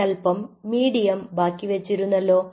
ഒരല്പം മീഡിയം ബാക്കി വെച്ചിരുന്നല്ലോ